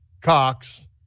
Cox